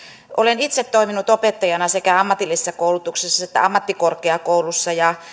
olen itse toiminut opettajana sekä ammatillisessa koulutuksessa että ammattikorkeakoulussa ja